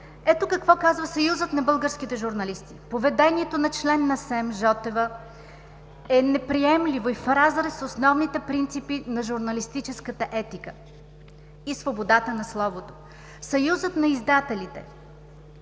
Ето какво казва Съюзът на българските журналисти: „Поведението на члена на СЕМ Жотева е неприемливо и в разрез с основните принципи на журналистическата етика и свободата на словото.“ Съюзът на издателите: